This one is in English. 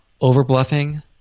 over-bluffing